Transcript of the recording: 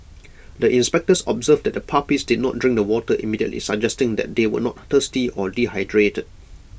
the inspectors observed that the puppies did not drink the water immediately suggesting that they were not thirsty or dehydrated